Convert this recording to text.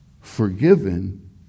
forgiven